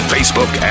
Facebook